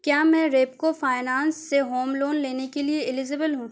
کیا میں ریپکو فائنانس سے ہوم لون لینے کے لیے ایلیزیبل ہوں